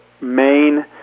main